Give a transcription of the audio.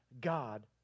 God